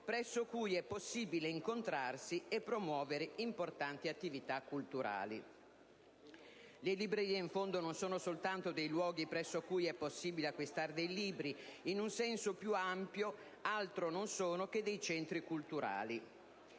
presso cui è possibile incontrarsi e promuovere importanti attività culturali). Le librerie, in fondo, non sono soltanto dei luoghi presso cui è possibile acquistare dei libri. In un senso più ampio, altro non sono che dei centri culturali.